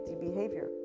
behavior